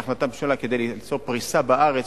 הגיעה החלטת ממשלה כדי למצוא פריסה בארץ,